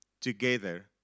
together